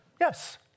Yes